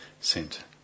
sent